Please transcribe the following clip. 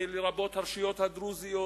לרבות הרשויות הדרוזיות,